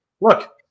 look